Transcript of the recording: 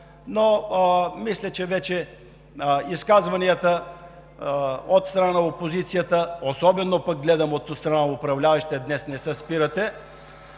Мисля, че вече изказванията от страна на опозицията, особено пък от страна на управляващите – днес не се спирате.